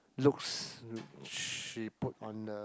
looks re~ she put on the